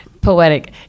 poetic